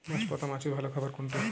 বাঁশপাতা মাছের ভালো খাবার কোনটি?